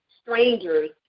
strangers